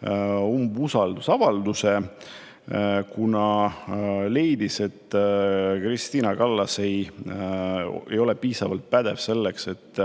umbusaldusavalduse, kuna leidis, et Kristina Kallas ei ole piisavalt pädev selleks, et